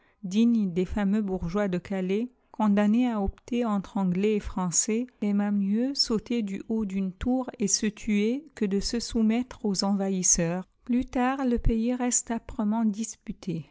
digne des fameux bourgeois de calais condamné à opter entre anglais et français aima mieux sauter du haut d'une tour et se tuer que de se soumettre aux envahisseurs plus tard le pays reste âprement disputé